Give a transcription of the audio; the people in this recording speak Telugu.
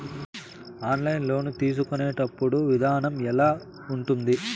ఆన్లైన్ లోను తీసుకునేటప్పుడు విధానం ఎలా ఉంటుంది